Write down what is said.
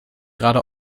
gerade